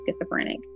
schizophrenic